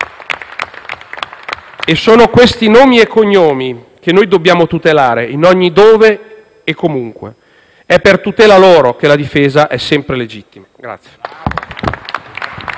E sono questi nomi e cognomi che noi dobbiamo tutelare in ogni dove e comunque. È per tutela loro che la difesa è sempre legittima.